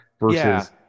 versus